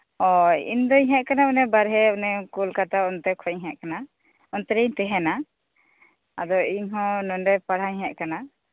ᱳ ᱤᱧᱫᱚᱧ ᱦᱮᱡ ᱟᱠᱟᱱᱟ ᱚᱱᱮ ᱵᱟᱨᱦᱮ ᱚᱱᱮ ᱠᱚᱞᱠᱟᱛᱟ ᱚᱱᱛᱮ ᱠᱷᱚᱱᱤᱧ ᱦᱮᱡ ᱟᱠᱟᱱᱟ ᱚᱱᱛᱮᱨᱮᱧ ᱛᱟᱦᱮᱱᱟ ᱟᱫᱚ ᱤᱧᱦᱚᱸ ᱱᱚᱰᱮ ᱯᱟᱲᱦᱟᱜ ᱤᱧ ᱦᱮᱡ ᱟᱠᱟᱱᱟ